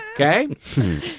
Okay